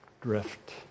drift